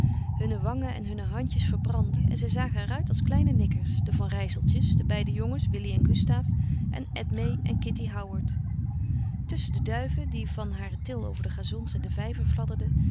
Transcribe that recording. hunne wangen en hunne handjes verbrandden en zij zagen er uit als kleine nikkers de van rijsseltjes de beide jongens willy en gustaaf en edmée en kitty howard tusschen de duiven die van hare til over de gazons en de vijver fladderden